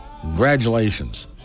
Congratulations